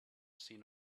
seen